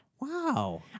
Wow